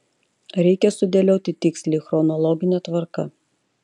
reikia sudėlioti tiksliai chronologine tvarka